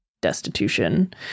destitution